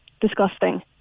disgusting